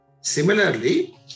Similarly